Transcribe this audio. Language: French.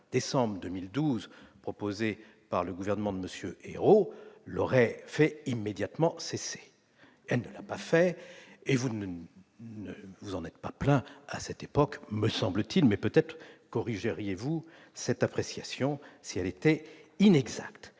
décembre 2012 proposée par le gouvernement de M. Ayrault l'aurait immédiatement supprimé. Il ne l'a pas fait, et vous ne vous en êtes pas plainte à cette époque, me semble-t-il, mais peut-être corrigerez-vous cette appréciation si elle se révèle inexacte.